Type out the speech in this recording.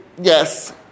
yes